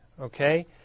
okay